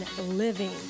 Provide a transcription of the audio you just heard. living